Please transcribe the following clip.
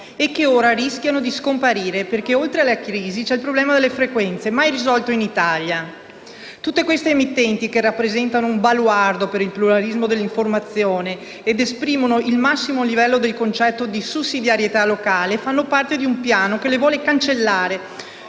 e che ora rischiano di scomparire, perché oltre alla crisi c'è il problema delle frequenze, mai risolto in Italia. Tutte queste emittenti, che rappresentano un baluardo per il pluralismo dell'informazione ed esprimono il massimo livello del concetto di sussidiarietà locale, fanno parte di un piano che le vuole cancellare,